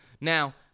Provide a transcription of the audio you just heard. Now